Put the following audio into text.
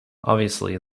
obviously